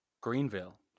Greenville